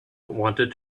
wanted